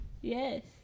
yes